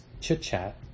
chit-chat